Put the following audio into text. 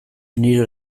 nire